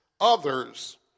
others